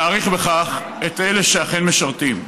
נעריך בכך את אלה שאכן משרתים.